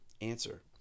Answer